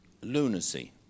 Lunacy